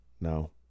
No